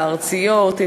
הארציות,